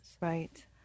Right